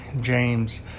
James